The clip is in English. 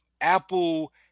Apple